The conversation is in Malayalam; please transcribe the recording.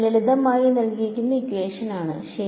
ലളിതമായി ശരി